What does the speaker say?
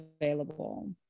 available